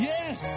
Yes